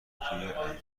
انترن